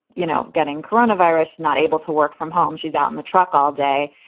you know, getting coronavirus, not able to work from home. she's out in the truck all day.